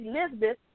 Elizabeth